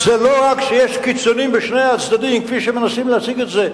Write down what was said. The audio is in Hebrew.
זה לא רק שיש קיצונים בשני הצדדים כפי שמנסים להציג את זה.